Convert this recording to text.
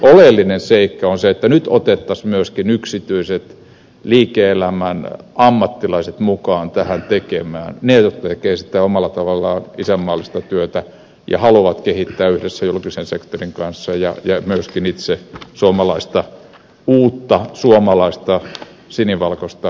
oleellinen seikka on se että nyt otettaisiin myöskin yksityiset liike elämän ammattilaiset mukaan tähän tekemään ne jotka tekevät sitä omalla tavallaan isänmaallista työtä ja haluavat kehittää yhdessä julkisen sektorin kanssa ja myöskin itse uutta suomalaista sinivalkoista yritystoimintaa